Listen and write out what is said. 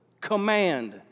Command